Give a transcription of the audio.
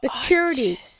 Security